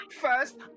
first